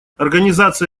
организация